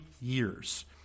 years